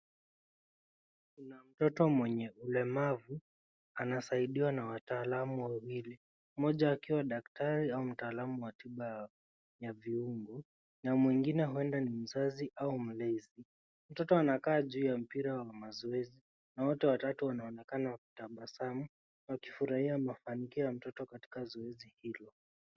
Kuna mtoto mwenye ulemavu anasaidiwa na wataalamu wawili mmoja akiwa daktari au mtaalamu wa tiba ya- ya viungo na mwingine huenda ni mzazi au mlezi. Mtoto anakaa juu ya mpira wa mazoezi na wote watatu wanaonekana wakitabasamu wakifurahia mafanikio ya mtoto katika zoezi hilo.